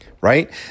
right